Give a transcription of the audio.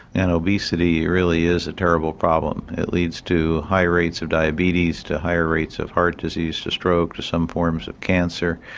and obesity really is a terrible problem. it leads to higher rates of diabetes, to higher rates of heart disease, to stroke, to some forms of cancer,